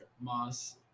Moss